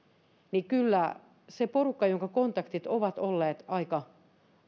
niin kyllä se porukka jonka kontaktit ovat olleet aika